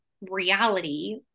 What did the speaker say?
reality